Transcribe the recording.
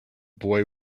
boy